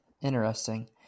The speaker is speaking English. interesting